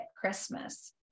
Christmas